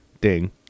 Ding